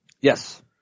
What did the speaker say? Yes